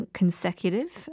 consecutive